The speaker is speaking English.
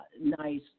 nice